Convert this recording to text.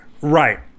Right